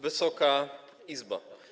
Wysoka Izbo!